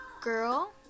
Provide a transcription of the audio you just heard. girl